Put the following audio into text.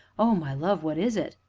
oh, my love what is it?